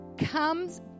comes